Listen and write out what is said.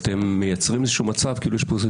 אתם מייצרים איזשהו מצב כאילו יש כאן איזה